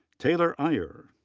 taylor ayer.